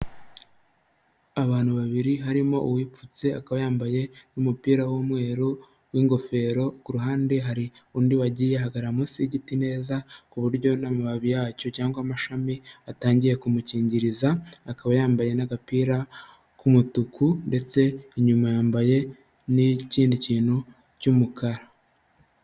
Abantu babiri harimo uwipfutse akaba yambaye n'umupira w'umweru w'ingofero, ku ruhande hari undi wagiye ahagarara munsi y'igiti neza, ku buryo n'amababi yacyo cyangwa amashami atangiye kumukingiriza, akaba yambaye n'agapira k'umutuku ndetse inyuma yambaye n'ikindi kintu cy'umukara.